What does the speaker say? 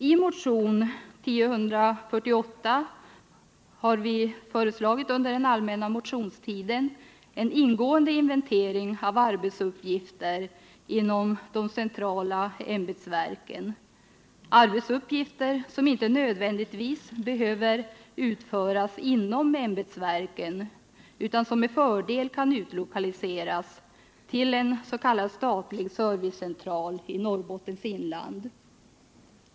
I motionen 1048 har vi under den allmänna motionstiden föreslagit en ingående inventering inom de centrala ämbetsverken av arbetsuppgifter, som inte nödvändigtvis behöver utföras inom ämbetsverken utan som med fördel kan utlokaliseras till en s.k. statlig servicecentral i Norrbottens inland.